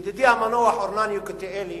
ידידי המנוח ארנן יקותיאלי